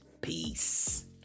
Peace